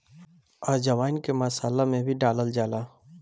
अजवाईन के मसाला में भी डालल जाला